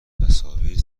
تصاویر